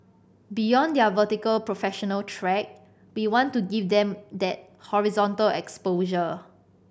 beyond their vertical professional track we want to give them that horizontal exposure